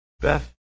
Beth